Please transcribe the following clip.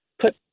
put